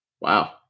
wow